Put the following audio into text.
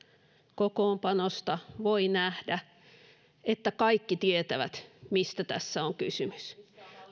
kokoonpanosta voi nähdä että kaikki tietävät mistä tässä on kysymys